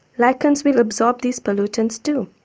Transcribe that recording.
lichens will absorb these pollutants too,